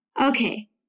Okay